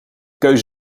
keus